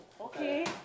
okay